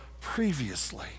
previously